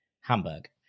Hamburg